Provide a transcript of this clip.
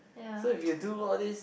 so if you do all these